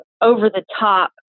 over-the-top